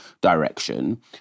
direction